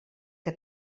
que